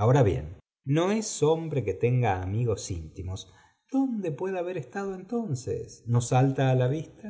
anora bien no es hombre que tenga amigos fntimos dónde puede haber estado entonces i no salta a la vista